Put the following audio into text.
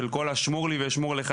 של כל השמור לי ואשמור לך,